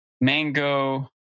mango